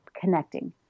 connecting